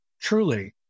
truly